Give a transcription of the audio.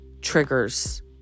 triggers